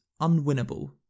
unwinnable